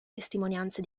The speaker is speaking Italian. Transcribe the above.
testimonianze